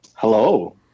Hello